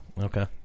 okay